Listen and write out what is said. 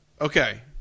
Okay